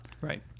Right